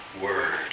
word